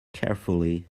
carefully